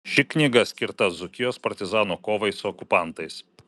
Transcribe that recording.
ši knyga skirta dzūkijos partizanų kovai su okupantais